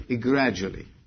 gradually